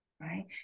right